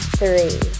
three